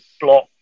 block